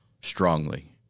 strongly